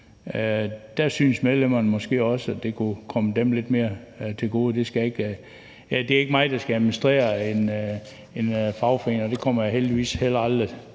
Der synes medlemmerne måske også, at det kunne komme dem lidt mere til gode. Det er ikke mig, der skal administrere en fagforening, og det kommer jeg heldigvis heller aldrig